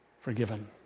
forgiven